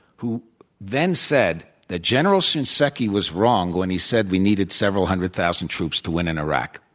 who then said that general shinseki was wrong when he said we needed several hundred thousand troops to win in iraq.